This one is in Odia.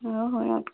ହଏ ହଏ ଅଟ୍କ